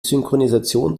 synchronisation